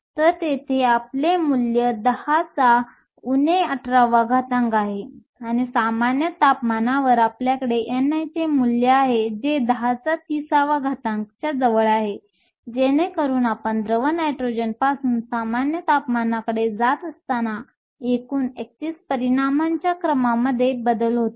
तर येथे आपले मूल्य 10 18 आहे आणि सामान्य तापमानावर आपल्याकडे ni चे मूल्य आहे जे 1030 च्या जवळ आहे जेणेकरून आपण द्रव नायट्रोजनपासून सामान्य तापमानाकडे जात असताना एकूण 31 परिणामांच्या क्रमामध्ये बदल होतो